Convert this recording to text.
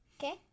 okay